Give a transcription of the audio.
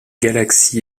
galaxy